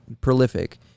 prolific